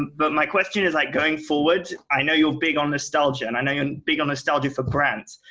but my question is like going forward. i know you're big on nostalgia and i know you're big on nostalgia for grants.